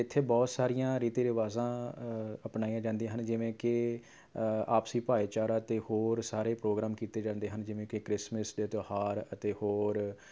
ਇੱਥੇ ਬਹੁਤ ਸਾਰੀਆਂ ਰੀਤੀ ਰਿਵਾਜ਼ਾਂ ਅਪਣਾਈਆਂ ਜਾਂਦੀਆਂ ਹਨ ਜਿਵੇਂ ਕਿ ਆਪਸੀ ਭਾਈਚਾਰਾ ਅਤੇ ਹੋਰ ਸਾਰੇ ਪ੍ਰੋਗਰਾਮ ਕੀਤੇ ਜਾਂਦੇ ਹਨ ਜਿਵੇਂ ਕਿ ਕ੍ਰਿਸਮਿਸ ਦੇ ਤਿਉਹਾਰ ਅਤੇ ਹੋਰ